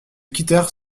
quittèrent